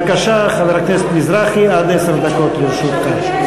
בבקשה, חבר הכנסת מזרחי, עד עשר דקות לרשותך.